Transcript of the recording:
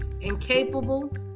incapable